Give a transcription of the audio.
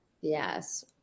yes